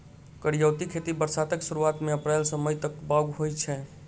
करियौती खेती बरसातक सुरुआत मे अप्रैल सँ मई तक बाउग होइ छै